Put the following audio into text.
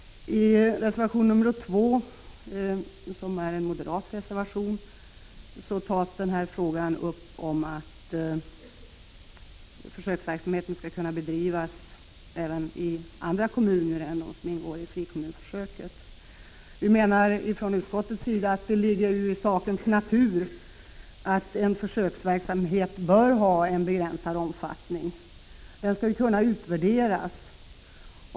I reservation 2, som är en moderat reservation, tar man upp frågan om att försöksverksamhet skall kunna bedrivas även i andra kommuner än i dem som ingår i frikommunsförsöket. Utskottsmajoriteten menar att det ligger i sakens natur att en försöksverksamhet har en begränsad omfattning. Försöksverksamheten skall kunna utvärderas.